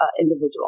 individual